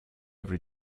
every